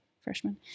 freshman